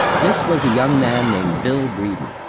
this was a young man named bill breeden,